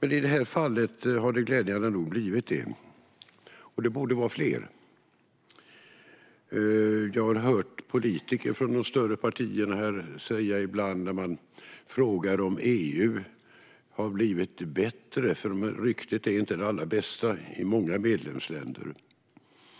Men i det här fallet har det glädjande nog blivit en debatt, men det borde vara fler. Om man frågar politiker från de större partierna om EU har blivit bättre - ryktet är inte det allra bästa i många medlemsländer